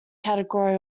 category